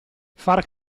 far